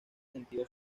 sentido